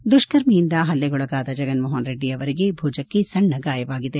ದುಷ್ಕರ್ಮಿಯಿಂದ ಹಲ್ಲೆಗೊಳಗಾದ ಜಗನ್ಮೋಹನ್ ರೆಡ್ಡಿ ಅವರಿಗೆ ಭುಜಕ್ಕೆ ಸಣ್ಣ ಗಾಯಗಳಾಗಿವೆ